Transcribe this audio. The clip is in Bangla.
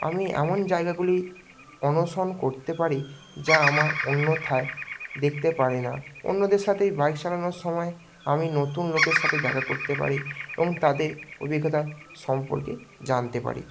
আমি এমন জায়গাগুলি অনশন করতে পারি যা আমি অন্যথায় দেখতে পারি না অন্যদের সাথে বাইক চালানোর সময় আমি নতুন লোকের সাথে দেখা করতে পারি এবং তাদের অভিজ্ঞতা সম্পর্কে জানতে পারি